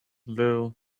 little